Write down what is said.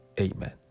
Amen